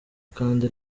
kandi